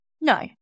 no